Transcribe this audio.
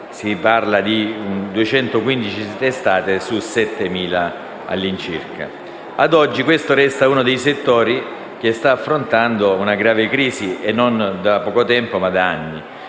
si parla di 215 testate su circa 7.000. Ad oggi questo resta uno dei settori che sta affrontando una grave crisi, non da poco tempo ma da anni,